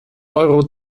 euro